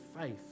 faith